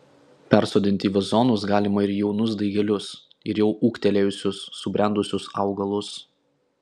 persodinti į vazonus galima ir jaunus daigelius ir jau ūgtelėjusius subrendusius augalus